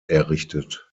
errichtet